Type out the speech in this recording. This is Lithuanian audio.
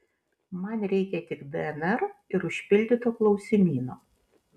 man reikia tik dnr ir užpildyto klausimyno